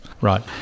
Right